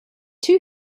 two